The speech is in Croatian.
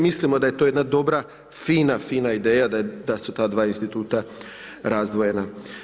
Mislimo da je to jedna dobra fina fina ideja da su ta dva instituta razdvojena.